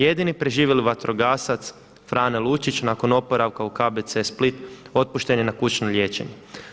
Jedini preživjeli vatrogasac Frane Lučić nakon oporavka u KBC Split otpušten je na kućno liječenje.